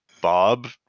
Bob